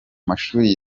mashuri